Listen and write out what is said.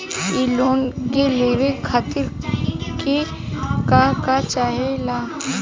इ लोन के लेवे खातीर के का का चाहा ला?